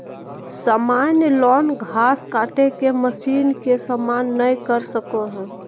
सामान्य लॉन घास काटे के मशीन के सामना नय कर सको हइ